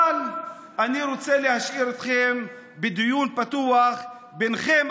אבל אני רוצה להשאיר אתכם בדיון פתוח ביניכם,